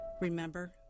Remember